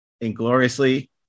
ingloriously